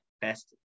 best